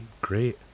great